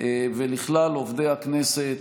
ולכלל עובדי הכנסת,